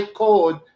code